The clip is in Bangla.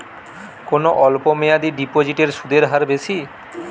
কোন অল্প মেয়াদি ডিপোজিটের সুদের হার বেশি?